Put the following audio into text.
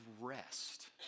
rest